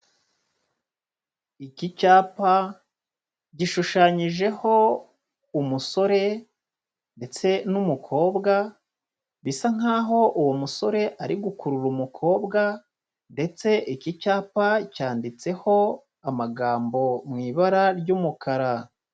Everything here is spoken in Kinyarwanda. Iki cyapa gishushanyijeho umusore ndetse n'umukobwa, bisa nk'aho uwo musore ari gukurura umukobwa ndetse iki cyapa cyanditseho amagambo mu ibara ry'umukara.